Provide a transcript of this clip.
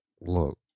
look